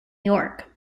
york